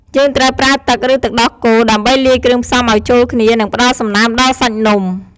យើងត្រូវប្រើទឹក ឬ ទឹកដោះគោ ដើម្បីលាយគ្រឿងផ្សំឱ្យចូលគ្នា និងផ្តល់សំណើមដល់សាច់នំ។